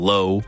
Low